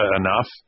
enough